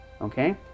Okay